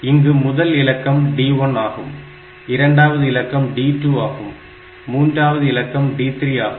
இங்கு முதல் இலக்கம் d1 ஆகும் இரண்டாவது இலக்கம் d2 ஆகும் மூன்றாவது இலக்கம் d3 ஆகும்